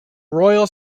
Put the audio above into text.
royal